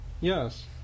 Yes